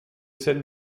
celle